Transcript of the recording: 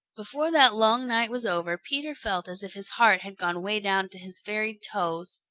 before that long night was over peter felt as if his heart had gone way down to his very toes.